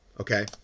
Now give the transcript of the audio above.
Okay